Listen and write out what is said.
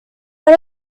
but